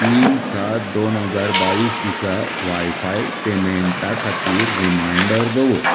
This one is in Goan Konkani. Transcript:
तीन सात दोन हजार बावीस दिसा वायफाय पेमेंटा खातीर रिमांयडर दवर